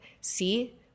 see